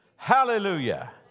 Hallelujah